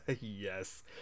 Yes